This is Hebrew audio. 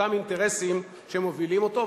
ואותם אינטרסים שמובילים אותו,